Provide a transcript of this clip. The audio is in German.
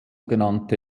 genannte